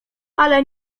ale